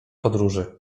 podróży